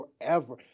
forever